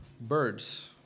birds